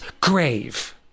grave